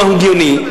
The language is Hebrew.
לא הגיוני,